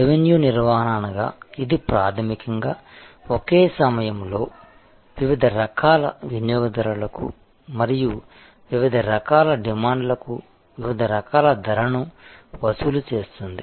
revenue నిర్వహణ అనగా ఇది ప్రాథమికంగా ఒకే సమయంలో వివిధ రకాల వినియోగదారులకు మరియు వివిధ రకాల డిమాండ్లకు వివిధ రకాల ధరను వసూలు చేస్తుంది